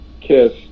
Kiss